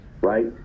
Right